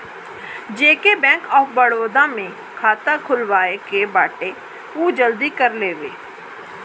जेके bank of Baroda में खाता खुलवाए के बाटे उ जल्दी कर लेवे